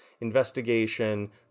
investigation